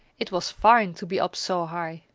it was fine to be up so high.